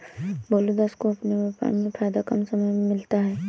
भोलू दास को अपने व्यापार में फायदा कम समय में मिलता है